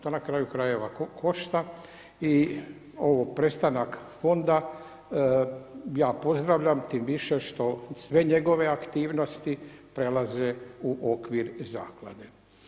Pa na kraju krajeva košta i ovo prestanak fonda, ja pozdravljam tim više što sve njegove aktivnosti prelaze u okvir zaklade.